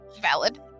Valid